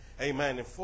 Amen